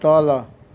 तल